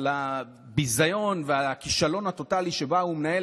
על הביזיון ועל הכישלון הטוטלי כשהוא מנהל